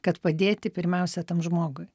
kad padėti pirmiausia tam žmogui